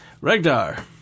Regdar